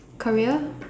career